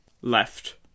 left